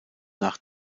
nach